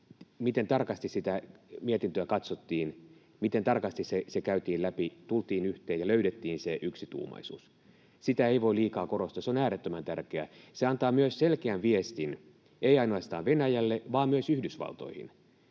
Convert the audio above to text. miten tarkasti sitä mietintöä katsottiin, miten tarkasti se käytiin läpi, tultiin yhteen ja löydettiin se yksituumaisuus. Sitä ei voi liikaa korostaa. Se on äärettömän tärkeää. Se antaa myös selkeän viestin, ei ainoastaan Venäjälle vaan myös Yhdysvaltoihin